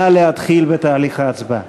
נא להתחיל בהצבעה.